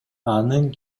анын